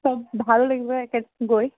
চব ভালো লাগিব একে গৈ